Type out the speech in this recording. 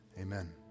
Amen